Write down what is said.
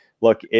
look